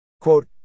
Quote